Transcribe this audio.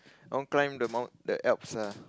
I want climb the mount the Alps ah